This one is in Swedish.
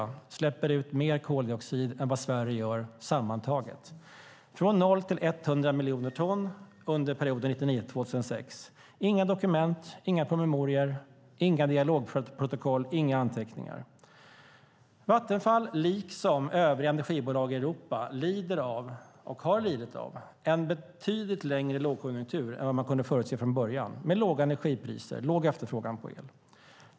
Man släpper ut mer koldioxid än vad Sverige gör sammantaget - från 0 till 100 miljoner ton per år under perioden 1999-2006. Det finns inga dokument, inga promemorior, inga dialogprotokoll, inga anteckningar. Vattenfall, liksom övriga energibolag i Europa, lider av och har lidit av en betydligt längre lågkonjunktur än man kunde förutse från början, med låga energipriser och låg efterfrågan på el.